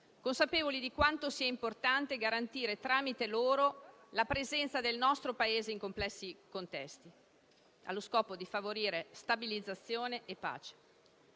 consapevoli di quanto sia importante garantire tramite loro la presenza del nostro Paese in complessi contesti, allo scopo di favorire stabilizzazione e pace.